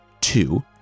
Two